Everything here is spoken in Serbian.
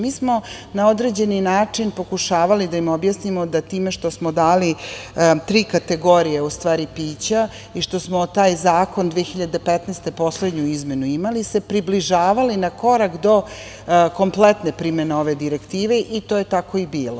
Mi smo na određeni način pokušavali da im objasnimo da time što smo dali tri kategorije u stvari pića i što smo taj zakon 2015. godine, poslednju izmenu imali, se približavali na korak do kompletne primene ove direktive, i to je tako i bilo.